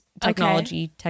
technology